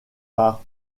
par